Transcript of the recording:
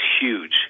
huge